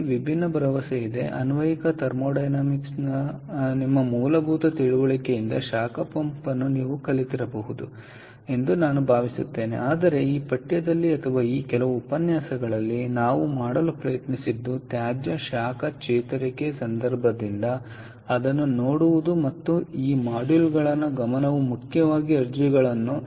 ನನಗೆ ನಿನ್ನಲ್ಲಿ ಭರವಸೆ ಇದೆ ಅನ್ವಯಿಕ ಥರ್ಮೋಡೈನಾಮಿಕ್ಸ್ನ ನಿಮ್ಮ ಮೂಲಭೂತ ತಿಳುವಳಿಕೆಯಿಂದ ಶಾಖ ಪಂಪ್ ನೀವು ಕಲಿತಿರಬಹುದು ಎಂದು ನಾನು ಭಾವಿಸುತ್ತೇನೆ ಆದರೆ ಈ ಪಠ್ಯದಲ್ಲಿ ಅಥವಾ ಈ ಕೆಲವು ಉಪನ್ಯಾಸಗಳಲ್ಲಿ ನಾವು ಮಾಡಲು ಪ್ರಯತ್ನಿಸಿದ್ದು ತ್ಯಾಜ್ಯ ಶಾಖ ಚೇತರಿಕೆಯ ಸಂದರ್ಭದಿಂದ ಅದನ್ನು ನೋಡುವುದು ಮತ್ತು ಈ ಮಾಡ್ಯೂಲ್ನ ಗಮನವು ಮುಖ್ಯವಾಗಿ ಅರ್ಜಿಗಳನ್ನು